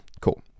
cool